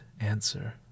answer